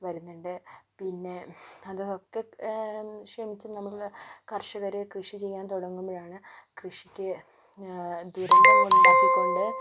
വരുന്നുണ്ട് പിന്നെ അതും ഒക്കെ ക്ഷമിച്ചും നമ്മുടെ കർഷകര് കൃഷിചെയ്യാൻ തുടങ്ങുമ്പോഴാണ് കൃഷിക്ക് ദുരന്തങ്ങൾ ഉണ്ടാക്കിക്കൊണ്ട്